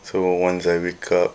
so once I wake up